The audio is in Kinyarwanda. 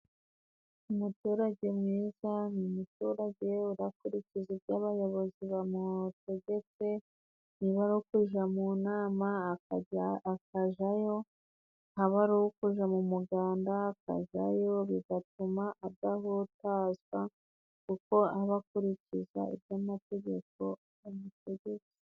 Umuturage mwiza ni umuturage urakurikiza ibyo abayobozi bamutegetse. Niba ari ukuja mu nama akajayo, aba ari ukuja mu muganda akajyayo, bigatuma adahutazwa kuko abakurikiza ibyo amategeko amutegetse.